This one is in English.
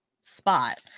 spot